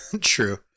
True